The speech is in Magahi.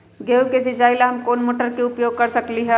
गेंहू के सिचाई ला हम कोंन मोटर के उपयोग कर सकली ह?